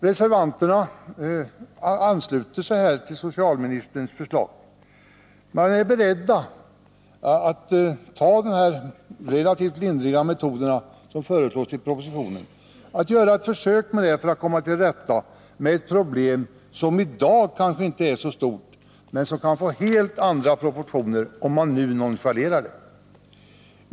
Reservanterna ansluter sig alltså till socialministerns förslag och är beredda att med de relativt lindriga metoder som föreslås i propositionen göra ett försök att komma till rätta med ett problem som i dag kanske inte är så stort men som kan få helt andra proportioner, om det nu nonchaleras.